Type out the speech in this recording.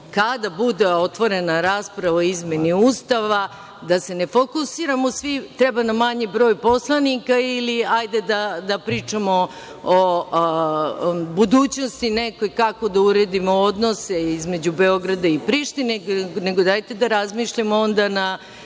kada bude otvorena rasprava o izmeni Ustava, da se ne fokusiramo svi – treba nam manji broj poslanika ili, hajde da pričamo o budućnosti nekoj, kako da uredimo odnose između Beograda i Prištine, nego, dajte da razmišljamo onda na